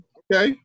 okay